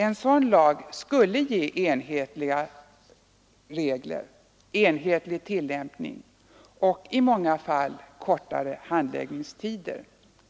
En sådan lag skulle ge enhetliga regler, enhetlig tillämpning och i många fall kortare handläggningstider,